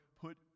put